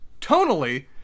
tonally